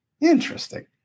Interesting